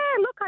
look